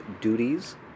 duties